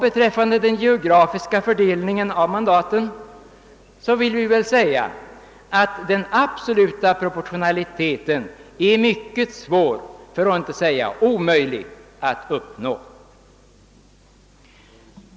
Beträffande den geografiska fördelningen av mandaten är dessutom en fullständig proportionalitet mycket svår för att inte säga omöjlig att uppnå.